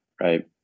right